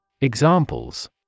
Examples